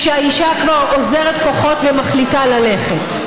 כשהאישה כבר אוזרת כוחות ומחליטה ללכת.